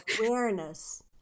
awareness